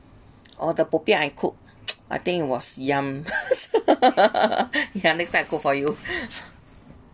oh the popiah I cooked I think was yum yeah next time I cook for you